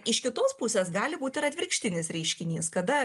iš kitos pusės gali būt ir atvirkštinis reiškinys kada